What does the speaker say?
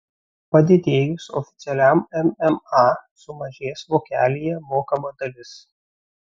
padidėjus oficialiam mma sumažės vokelyje mokama dalis